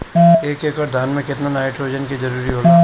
एक एकड़ धान मे केतना नाइट्रोजन के जरूरी होला?